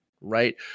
right